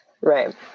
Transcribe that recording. right